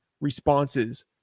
responses